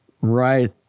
Right